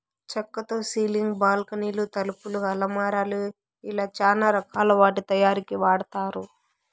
చక్కతో సీలింగ్, బాల్కానీలు, తలుపులు, అలమారాలు ఇలా చానా రకాల వాటి తయారీకి వాడతారు